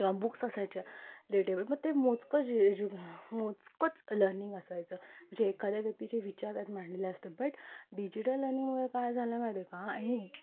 किंवा बुक्स असायच्या रिलेटेबल म ते मोजकोच एज्यु मोकोच लर्निंग असायचं म्हणजे एखाद्या व्यक्तीचे विचार त्या मांडलेले असतात बट डिजिटल लर्निंगमुळे काय झालं माझा ते